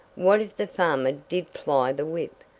what if the farmer did ply the whip?